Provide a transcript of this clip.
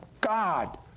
God